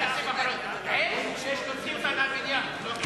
עז שיש להוציא אותה מהבניין.